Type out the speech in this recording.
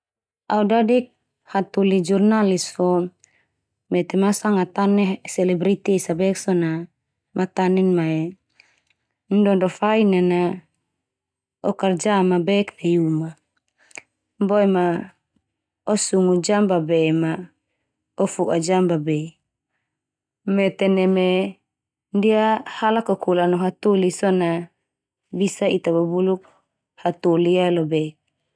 Au dadik hatoli jurnalis fo mete ma au sanga atane selebriti esa bek so na matanen mae, ndo-ndo fain ia na o kerja ma bek nai uma. Boe ma o sungu jam babe ma o fo'a jam babe. Mete neme ndia hala kokola no hatoli so na bisa ita bubuluk hatoli ia lobek.